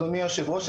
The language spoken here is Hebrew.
אדוני היושב-ראש,